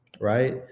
right